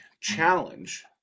challenge